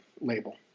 label